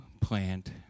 plant